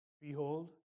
Behold